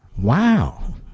Wow